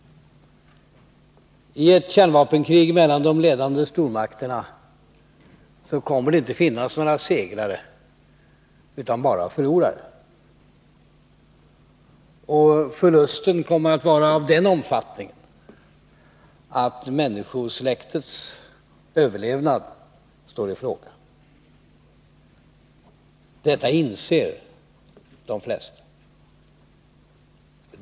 I ett kärnvapenkrig mellan de ledande stormakterna kommer det inte att finnas några segrare utan bara förlorare. Förlusten kommer att vara av den omfattningen att människosläktets överlevnad står i fråga. Detta inser de flesta.